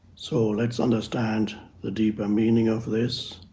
so, let's understand the deeper meaning of this.